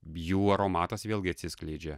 jų aromatas vėlgi atsiskleidžia